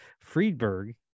Friedberg